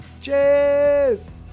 Cheers